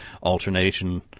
alternation